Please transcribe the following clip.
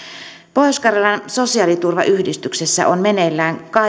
pohjois karjalan sosiaaliturvayhdistyksessä on meneillään